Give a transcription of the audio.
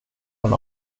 han